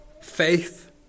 faith